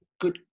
Good